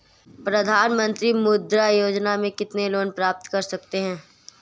प्रधानमंत्री मुद्रा योजना में कितना लोंन प्राप्त कर सकते हैं?